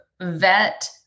vet